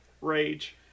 Rage